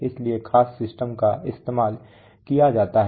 इसलिए खास सिस्टम का इस्तेमाल किया जाता है